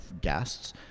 guests